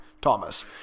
Thomas